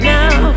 now